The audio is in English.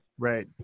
Right